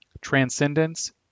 Transcendence